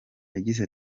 yagize